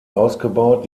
ausgebaut